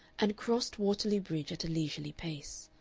and crossed waterloo bridge at a leisurely pace.